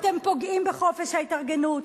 אתם פוגעים בחופש ההתארגנות,